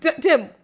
Tim